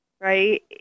right